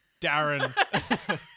Darren